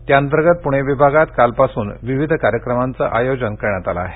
त्याअंतर्गत पृणे विभागात कालपासून विविध कार्यक्रमाचं आयोजन करण्यात आलं आहे